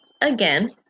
again